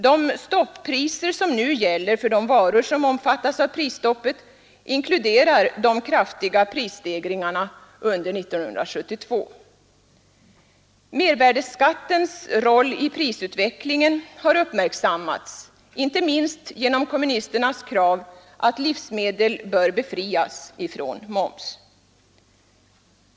De stoppriser som nu gäller för de varor som omfattas av prisstoppet inkluderar de kraftiga prisstegringarna under 1972. Mervärdeskattens roll i prisutvecklingen har uppmärksammats inte minst genom kommunisternas krav att livsmedel bör befrias från moms.